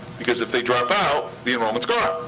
because if they drop out, the enrollment's gone.